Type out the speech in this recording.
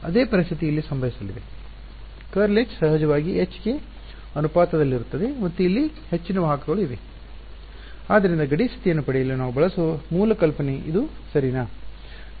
ಅದೇ ಪರಿಸ್ಥಿತಿ ಇಲ್ಲಿ ಸಂಭವಿಸಲಿದೆ ∇× H ಸಹಜವಾಗಿ H ಗೆ ಅನುಪಾತದಲ್ಲಿರುತ್ತದೆ ಮತ್ತು ಇಲ್ಲಿ ಹೆಚ್ಚಿನ ವಾಹಕಗಳು ಇವೆ ಆದರೆ ಗಡಿ ಸ್ಥಿತಿಯನ್ನು ಪಡೆಯಲು ನಾವು ಬಳಸುವ ಮೂಲ ಕಲ್ಪನೆ ಇದು ಸರಿನಾ